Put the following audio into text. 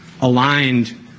aligned